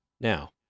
Now